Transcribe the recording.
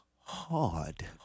hard